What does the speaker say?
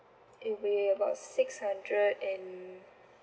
it will about six hundred and